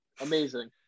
Amazing